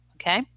okay